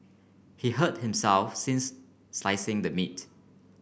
he hurt himself since slicing the meat